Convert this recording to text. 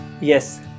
Yes